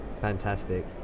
Fantastic